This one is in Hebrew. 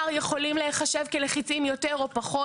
זה מאוד מדאיג אותי עכשיו, מה שאמר הבחור.